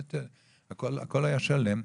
הכול היה שלם,